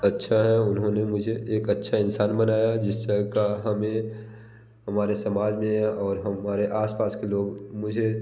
अच्छे हैं उन्होंने मुझे एक अच्छा इंसान बनाया जिसका हमें हमारे समाज में या और हमारे आस पास के लोग मुझे